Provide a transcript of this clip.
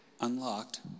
unlocked